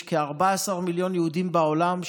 יש כ-14 מיליון יהודים בעולם,